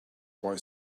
boy